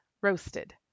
Roasted